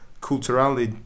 Cultural